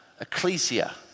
ecclesia